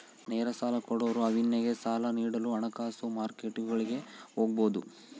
ನೇರ ಸಾಲ ಕೊಡೋರು ಅವ್ನಿಗೆ ಸಾಲ ನೀಡಲು ಹಣಕಾಸು ಮಾರ್ಕೆಟ್ಗುಳಿಗೆ ಹೋಗಬೊದು